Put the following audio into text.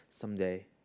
someday